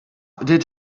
did